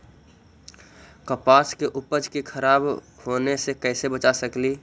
कपास के उपज के खराब होने से कैसे बचा सकेली?